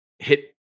hit